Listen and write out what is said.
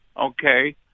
Okay